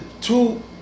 two